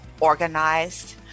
Organized